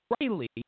Riley